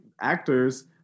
actors